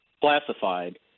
classified